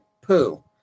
Poo